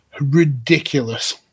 ridiculous